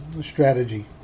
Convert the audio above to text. strategy